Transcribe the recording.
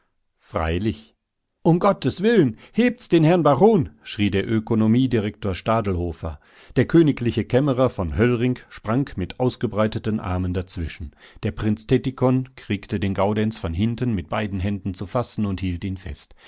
freilich um gottes willen hebt's den herrn baron schrie der ökonomiedirektor stadelhofer der königliche kämmerer von höllring sprang mit ausgebreiteten armen dazwischen der prinz tettikon kriegte den gaudenz von hinten mit beiden händen zu fassen und hielt ihn fest